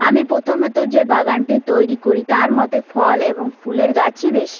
আমি প্রথমে তো যে বাগানটি তৈরি করি তার মতে ফল এবং ফুলের গাছই বেশি